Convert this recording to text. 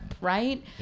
right